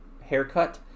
haircut